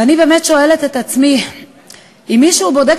ואני באמת שואלת את עצמי אם מישהו בודק